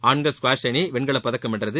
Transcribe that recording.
ஆண்கள் ஸ்குவாஷ் அணி வெண்கலப் பதக்கம் வென்றது